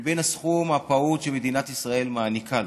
לבין הסכום הפעוט שמדינת ישראל מעניקה לו.